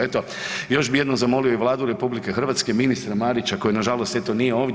Eto, još bih jednom zamolio i Vladu RH i ministra Marića koji nažalost eto nije ovdje.